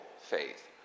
faith